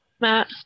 Matt